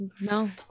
no